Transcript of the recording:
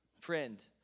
friend